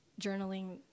journaling